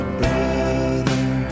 brother